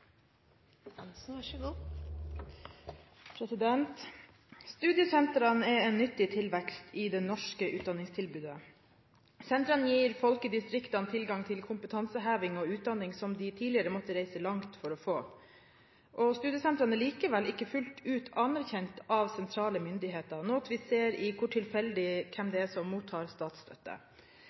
er en nyttig tilvekst i det norske utdanningstilbudet. Sentrene gir folk i distriktene tilgang til kompetanseheving og utdanning som de tidligere måtte reise langt for å få. Studiesentrene er likevel ikke fullt ut anerkjent av sentrale myndigheter, noe vi ser i hvor tilfeldig hvem som mottar statsstøtte er. Senteret i Nord-Troms mottar